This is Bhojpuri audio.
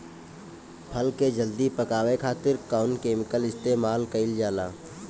फल के जल्दी पकावे खातिर कौन केमिकल इस्तेमाल कईल जाला?